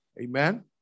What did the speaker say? Amen